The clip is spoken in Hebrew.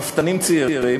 רפתנים צעירים,